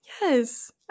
Yes